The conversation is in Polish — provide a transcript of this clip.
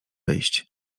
wyjść